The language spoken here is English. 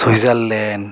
Switzerland